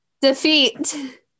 Defeat